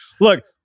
Look